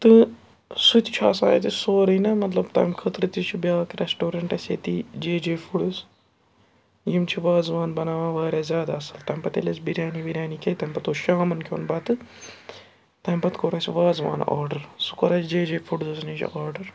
تہٕ سُہ تہِ چھُ آسان اَتہِ سورُے نہ مطلب تَمہِ خٲطرٕ تہِ چھُ بیٛاکھ رٮ۪سٹورَنٛٹ اَسہِ ییٚتی جے جے فُڈٕس یِم چھِ وازوان بَناوان واریاہ زیادٕ اَصٕل تَمہِ پَتہٕ ییٚلہِ اَسہِ بِریانی وِریانی کھے تَمہِ پَتہٕ اوس شامَن کھیوٚن بَتہٕ تَمہِ پَتہٕ کوٚر اَسہِ وازوان آرڈَر سُہ کوٚر اَسہِ جے جے فُڈزَس نِش آرڈَر